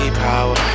power